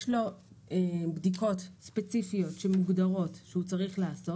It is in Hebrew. יש לו בדיקות ספציפיות שמוגדרות שהוא צריך לעשות.